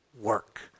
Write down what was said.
work